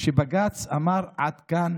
שבג"ץ אמר: עד כאן,